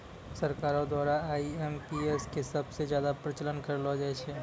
सरकारो द्वारा आई.एम.पी.एस क सबस ज्यादा प्रचार करलो जाय छै